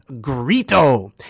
Grito